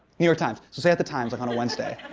new york times. so say at the times like, on a wednesday,